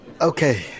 Okay